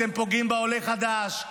אתם פוגעים בעולה חדש,